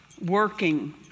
working